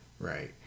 Right